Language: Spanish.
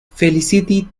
felicity